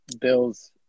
Bills